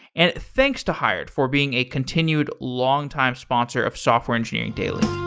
and thanks to hired for being a continued longtime sponsor of software engineering daily